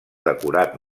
decorat